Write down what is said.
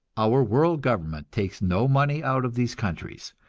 our world government takes no money out of these countries,